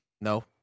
No